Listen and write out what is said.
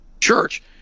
Church